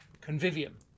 convivium